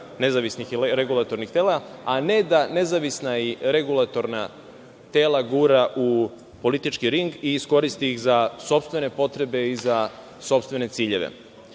nezavisnih regulatornih tela, a ne da nezavisna i regulatorna tela gura u politički ring i iskoristi ih za sopstvene potrebe i za sopstvene ciljeve. Naš